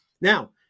Now